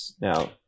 now